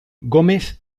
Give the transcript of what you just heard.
gomes